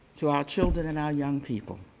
to our children and our young people.